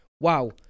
wow